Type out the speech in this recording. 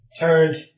turned